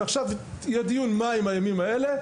ועכשיו יהיה דיון מה הם הימים האלה.